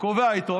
קובע איתו,